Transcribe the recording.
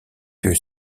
que